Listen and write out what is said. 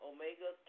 Omega